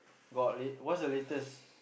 got late what's the latest